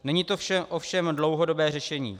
Není to ovšem dlouhodobé řešení.